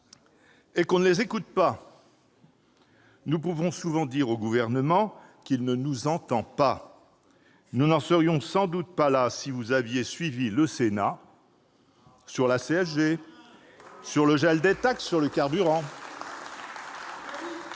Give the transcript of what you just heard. est qu'on ne les écoute pas. Nous pouvons souvent dire au Gouvernement qu'il ne nous entend pas. Nous n'en serions sans doute pas là s'il avait suivi le Sénat sur la CSG et sur le gel des taxes sur le carburant. Ce n'est